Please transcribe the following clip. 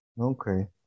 Okay